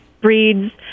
breeds